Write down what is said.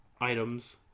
items